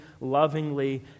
lovingly